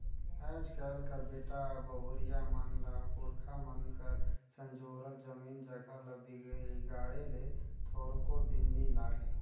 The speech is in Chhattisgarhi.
आएज काएल कर बेटा बहुरिया मन ल पुरखा मन कर संजोरल जमीन जगहा ल बिगाड़े ले थोरको दिन नी लागे